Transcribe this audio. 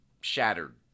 shattered